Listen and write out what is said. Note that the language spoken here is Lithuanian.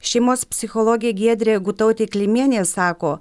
šeimos psichologė giedrė gutautė klimienė sako